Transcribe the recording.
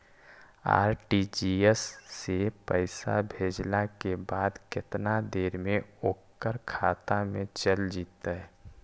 RTGS से पैसा भेजला के बाद केतना देर मे ओकर खाता मे चल जितै?